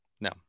No